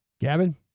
Gavin